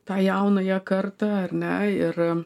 tą jaunąją kartą ar ne ir